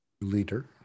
leader